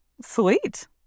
Sweet